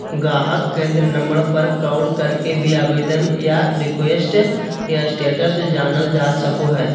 गाहक केंद्र नम्बर पर कॉल करके भी आवेदन या रिक्वेस्ट के स्टेटस जानल जा सको हय